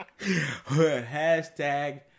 Hashtag